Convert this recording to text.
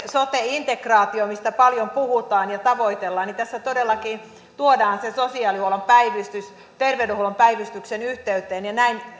sote integraatiosta mistä paljon puhutaan ja mitä tavoitellaan tässä todellakin tuodaan se sosiaalihuollon päivystys terveydenhuollon päivystyksen yhteyteen ja näin